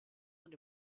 und